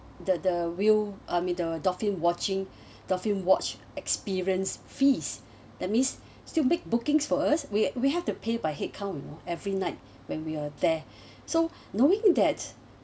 the the whale I mean the dolphin watching dolphin watch experience fees that means still make bookings for us we we have to pay by head count you know every night when we were there so knowing that